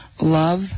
Love